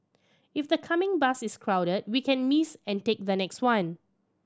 if the coming bus is crowded we can miss and take the next one